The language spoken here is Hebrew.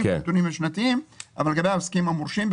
השנתיים אבל לגבי העוסקים המורשים,